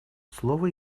слово